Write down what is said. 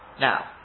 Now